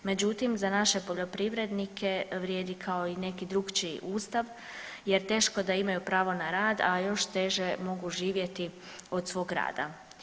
Međutim, za naše poljoprivrednike vrijedi kao i neki drukčiji Ustav jer teško da imaju pravo na rad, a još teže mogu živjeti od svog rada.